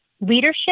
leadership